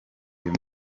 uyu